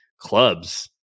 clubs